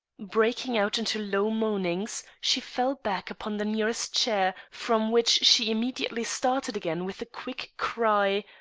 breaking out into low moanings, she fell back upon the nearest chair, from which she immediately started again with the quick cry,